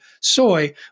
soy